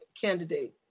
candidate